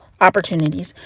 opportunities